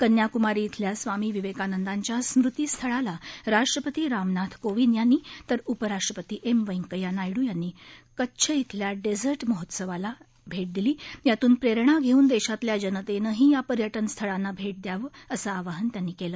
कन्याकुमारी इथल्या स्वामी विवेकानदाच्या स्मृती स्थळाला राष्ट्रपती रामनाथ कोविंद यांनी तर उपराष्ट्रपती एम व्यंकय्या नायडू यांनी कच्छ इथल्या डेझा महोत्सवाला भे दिली यातून प्ररेणा घेऊन देशातल्या जनतेनंही या पर्य जे स्थळांना भे दिण्याचं आवाहन त्यांनी केलं